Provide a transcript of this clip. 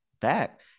back